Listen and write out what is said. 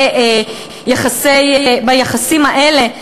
ביחסים האלה,